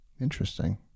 Interesting